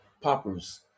Poppers